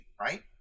right